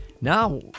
Now